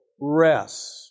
rest